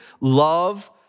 love